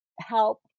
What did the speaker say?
help